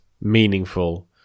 meaningful